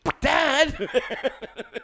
dad